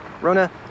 Rona